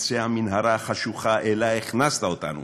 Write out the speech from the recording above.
בקצה המנהרה החשוכה שאליה הכנסת אותנו.